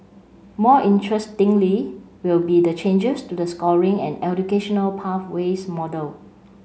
more interestingly will be the changes to the scoring and educational pathways model